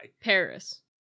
Paris